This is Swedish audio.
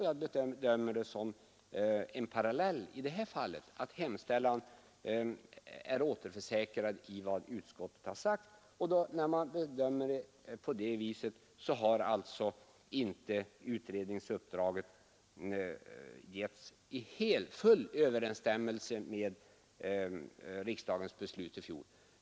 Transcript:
Jag bedömer det som en parallell i det här fallet att hemställan är återförsäkrad i vad utskottet har sagt, och under sådana förhållanden har alltså utredningsuppdraget inte getts i full överensstämmelse med riksdagens beslut i fjol.